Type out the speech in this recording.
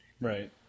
Right